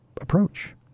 approach